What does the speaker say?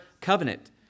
covenant